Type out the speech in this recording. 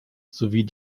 sowie